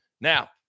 Now